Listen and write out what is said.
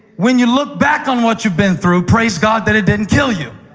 when you look back on what you've been through, praise god that it didn't kill you.